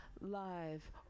live